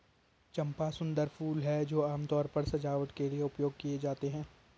चंपा सुंदर फूल हैं जो आमतौर पर सजावट के लिए उपयोग किए जाते हैं